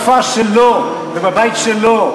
בכפר שלו ובבית שלו,